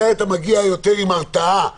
מתי אתה מגיע יותר עם הרתעה,